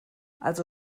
also